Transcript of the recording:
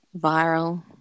viral